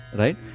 right